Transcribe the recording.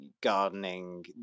gardening